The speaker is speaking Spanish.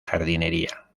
jardinería